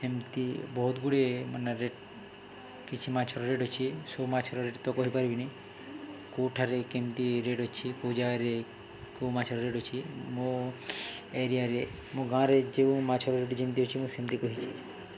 ଏମିତି ବହୁତଗୁଡ଼ିଏ ମାନେ ରେଟ୍ କିଛି ମାଛର ରେଟ୍ ଅଛି ସୋ ମାଛର ରେଟ୍ ତ କହିପାରିବିନି କୋଉଠାରେ କେମିତି ରେଟ୍ ଅଛି କେଉଁ ଜାଗାରେ କେଉଁ ମାଛର ରେଟ୍ ଅଛି ମୋ ଏରିଆରେ ମୋ ଗାଁରେ ଯେଉଁ ମାଛର ରେଟ୍ ଯେମିତି ଅଛି ମୁଁ ସେମିତି କହିଛି